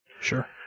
Sure